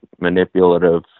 manipulative